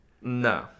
No